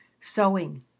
sewing